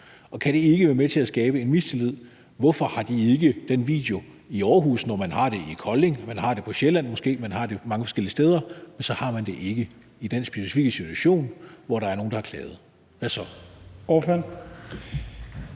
Og kan det ikke være med til at skabe en mistillid? Hvorfor har de ikke den video i Aarhus, når man har det i Kolding, man har det måske på Sjælland, man har det mange forskellige steder, og så har man det ikke i den specifikke situation, hvor der er nogle, der har klaget? Hvad så?